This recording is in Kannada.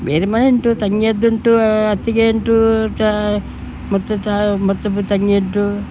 ಬೇರೆ ಮನೆ ಉಂಟು ತಂಗಿಯದ್ದುಂಟು ಅತ್ತಿಗೆ ಉಂಟು ತ ಮತ್ತೆ ತ ಮತ್ತೊಬ್ಬಳು ತಂಗಿಯದ್ದು